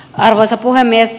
arvoisa puhemies